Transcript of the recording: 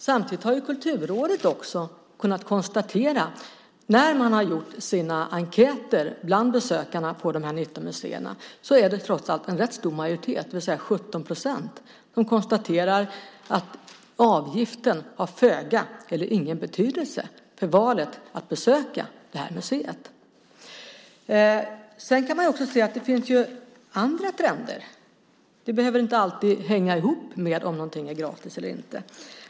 Samtidigt har Kulturrådet när man gjort sina enkäter bland besökarna på dessa 19 museer kunnat konstatera att en rätt stor majoritet, 70 %, trots allt säger att avgiften har föga eller ingen betydelse för valet att besöka det här museet. Man kan också se andra trender. Det behöver inte alltid hänga ihop med om någonting är gratis eller inte.